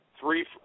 three